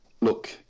look